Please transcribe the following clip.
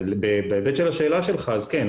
אז בהיבט של השאלה שלך כן,